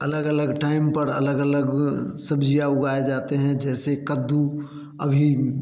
अलग अलग टाइम पर अलग अलग सब्जियां उगाए जाते हैं जैसे कद्दू अभी